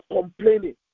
complaining